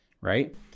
right